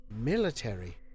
military